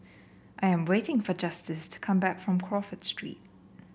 I am waiting for Justice to come back from Crawford Street